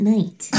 Night